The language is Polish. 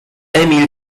emil